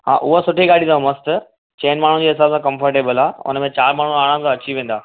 हा हूअं सुठी गाॾी अथव मस्त चईनि माण्हूअ जे हिसाब सां कम्फरटेबल आहे हुन में चारि माण्हू आरामु सां अची वेंदा